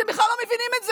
אתם בכלל לא מבינים את זה,